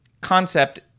concept